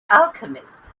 alchemist